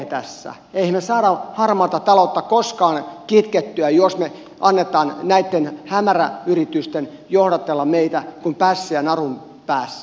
emmehän me saa harmaata taloutta koskaan kitkettyä jos me annamme näitten hämäräyritysten johdatella meitä kuin pässiä narun perässä